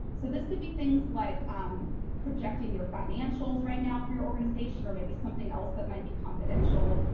so this could be things like um projecting your financials right now for your organization, or maybe something else that might be confidential,